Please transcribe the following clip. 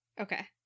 Okay